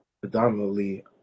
predominantly